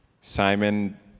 Simon